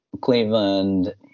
Cleveland